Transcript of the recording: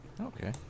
okay